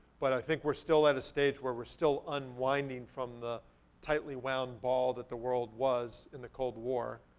but i think we're still at a stage where we're still unwinding from the tightly would and ball that the world was in the cold war,